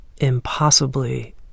impossibly